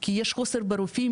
כי יש חוסר ברופאים,